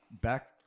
back